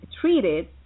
treated